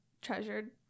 treasured